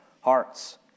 hearts